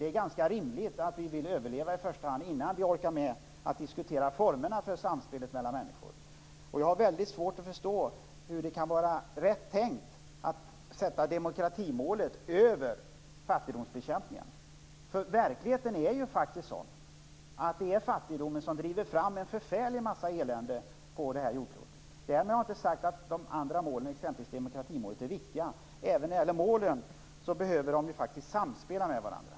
Det är ganska rimligt att vi i första hand vill överleva för att vi sedan skall orka med att diskutera formerna för samspelet mellan människor. Jag har väldigt svårt att förstå hur det kan vara rätt tänkt att sätta demokratimålet över fattigdomsbekämpningen, för verkligheten är ju att det är fattigdomen som driver fram en förfärlig massa elände på detta jordklot. Därmed har jag inte sagt att de andra målen, exempelvis demokratimålet, inte är viktiga. Det behövs faktiskt ett samspel mellan målen.